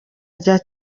rya